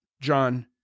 John